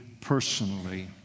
personally